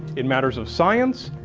in matters of science,